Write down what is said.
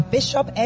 Bishop